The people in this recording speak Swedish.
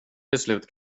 beslut